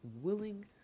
willing